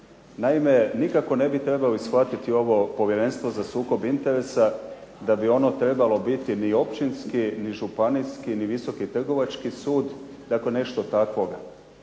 Naime, nikako ne bi trebali shvatiti ovo Povjerenstvo za sukob interesa da bi ono trebalo biti ni općinski, ni županijski, ni Visoki trgovački sud, dakle nešto takvoga.